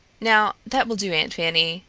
now, that will do, aunt fanny,